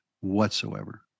whatsoever